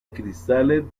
cristales